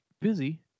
busy